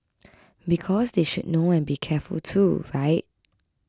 because they should know and be careful too right